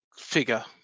figure